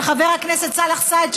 חבר הכנסת סאלח סעד,